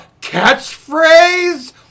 catchphrase